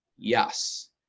yes